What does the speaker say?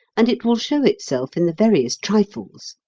and it will show itself in the veriest trifles.